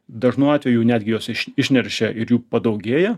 dažnu atveju jau netgi jos išneršia ir jų padaugėja